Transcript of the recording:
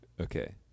Okay